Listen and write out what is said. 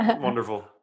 wonderful